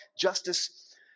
justice